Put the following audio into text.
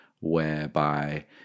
whereby